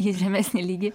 į žemesnį lygį